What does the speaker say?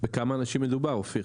--- בכמה אנשים מדובר אופיר?